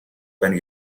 байна